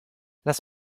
lass